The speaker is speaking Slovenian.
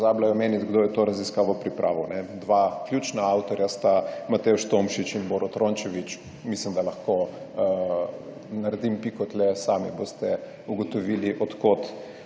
Pozabila je omeniti, kdo je to raziskavo pripravil. Dva ključna avtorja sta Matevž Tomšič in Borut Rončević. Mislim, da lahko naredim piko tukaj, sami boste ugotovili, od kod